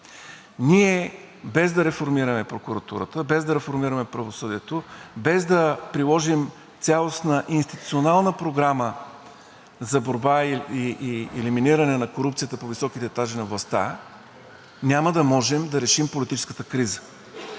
Ние, без да реформираме прокуратурата, без да реформираме правосъдието, без да приложим цялостна институционална програма за борба и елиминиране на корупцията по високите етажи на властта, няма да можем да решим политическата криза